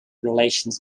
relations